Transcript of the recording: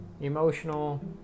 emotional